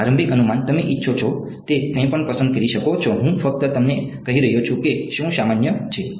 પ્રારંભિક અનુમાન તમે ઇચ્છો તે કંઈપણ પસંદ કરી શકો છો હું ફક્ત તમને કહી રહ્યો છું કે શું સામાન્ય છે